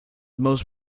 most